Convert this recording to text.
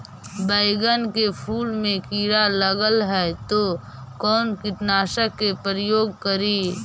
बैगन के फुल मे कीड़ा लगल है तो कौन कीटनाशक के प्रयोग करि?